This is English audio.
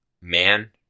man